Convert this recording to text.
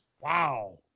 Wow